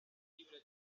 llibre